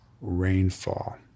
rainfall